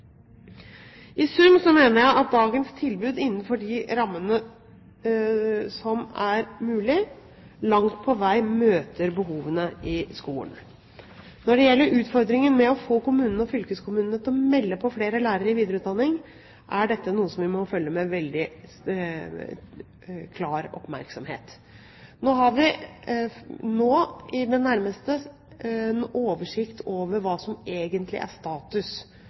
I sum mener jeg at dagens tilbud, innenfor de rammene som er mulig, langt på vei møter behovene i skolen. Når det gjelder utfordringen med å få kommunene og fylkeskommunene til å melde på flere lærere til videreutdanning, er dette noe vi må følge med veldig klar oppmerksomhet. I den nærmeste tiden vil vi få en oversikt over hva som egentlig er status